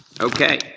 Okay